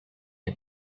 had